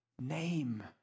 name